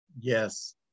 Yes